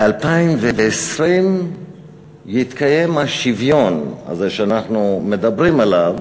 ב-2020 יתקיים השוויון הזה שאנחנו מדברים עליו,